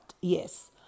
Yes